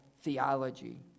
theology